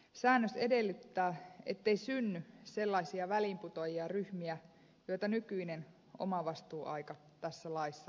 säännös edellyttää ettei synny sellaisia väliinputoajaryhmiä joita nykyinen omavastuuaika tässä laissa aiheuttaa